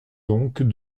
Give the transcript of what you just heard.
donc